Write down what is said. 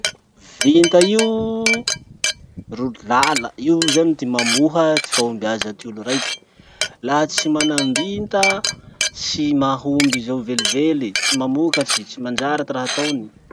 Vinta io ro lala, io zany ty mamoha ty fahombiaza ty olo raiky. Laha tsy manam-bita, tsy mahomby zao velively, tsy mamokatry, tsy manjary ty raha ataony.